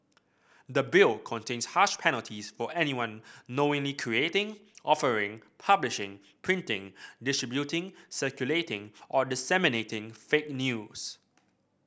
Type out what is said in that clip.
the Bill contains harsh penalties for anyone knowingly creating offering publishing printing distributing circulating or disseminating fake news